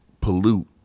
pollute